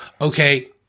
Okay